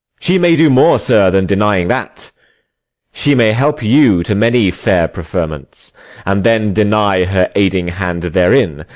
she may do more, sir, than denying that she may help you to many fair preferments and then deny her aiding hand therein,